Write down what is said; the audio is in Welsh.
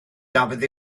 dafydd